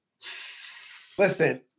Listen